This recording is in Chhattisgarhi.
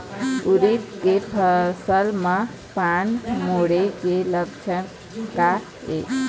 उरीद के फसल म पान मुड़े के लक्षण का ये?